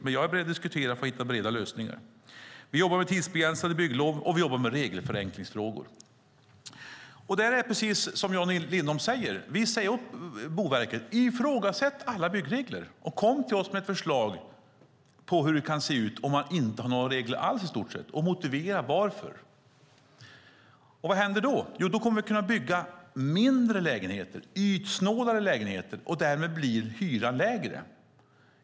Men jag är beredd att diskutera för att hitta breda lösningar. Vi jobbar med tidsbegränsade bygglov och vi jobbar med regelförenklingsfrågor. Där är det precis som Jan Lindholm säger. Vi säger till Boverket: Ifrågasätt alla byggregler, och kom till oss med förslag på hur det kan se ut om man inte har några regler alls i stort sett och motivera varför! Vad händer då? Jo, då kommer vi att kunna bygga mindre lägenheter, ytsnålare lägenheter, och därmed blir hyran lägre.